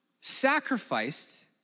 sacrificed